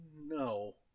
No